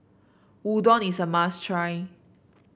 udon is a must try